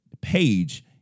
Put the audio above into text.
page